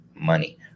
money